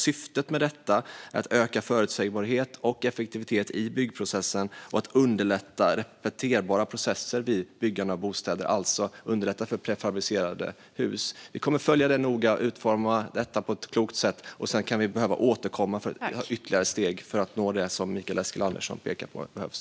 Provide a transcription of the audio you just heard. Syftet är att öka förutsägbarhet och effektivitet i byggprocessen och att underlätta repeterbara processer vid byggande av bostäder, alltså underlätta för prefabricerade hus. Vi kommer att följa detta noga och utforma det på ett klokt sätt. Sedan kan vi behöva återkomma med ytterligare steg för att nå det som Mikael Eskilandersson pekar på behövs.